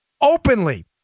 openly